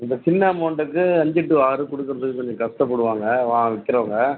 இந்த சின்ன அமௌன்ட்டுக்கு அஞ்சு டு ஆறு கொடுக்குறதுக்கு கொஞ்சம் கஷ்டப்படுவாங்க விற்கிறவங்க